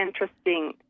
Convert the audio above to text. interesting